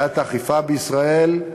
בעיית האכיפה בישראל,